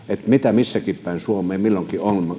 mikä missäkin päin suomea milloinkin